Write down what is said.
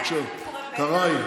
בבקשה, קרעי.